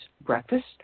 breakfast